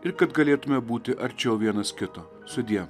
ir kad galėtume būti arčiau vienas kito sudie